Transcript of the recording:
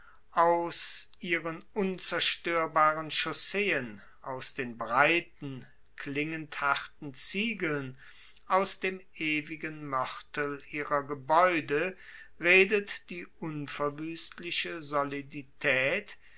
aus ihren unzerstoerbaren chausseen aus den breiten klingend harten ziegeln aus dem ewigen moertel ihrer gebaeude redet die unverwuestliche soliditaet